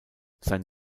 sein